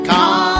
Come